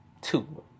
two